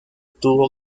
tuvo